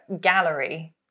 gallery